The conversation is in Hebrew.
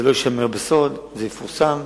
זה לא יישמר בסוד, זה יפורסם,